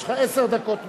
יש לך עשר דקות תמימות.